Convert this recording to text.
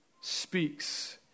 speaks